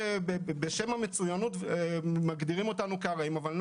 בשם המצוינות מגדירים אותנו כארעיים אבל אני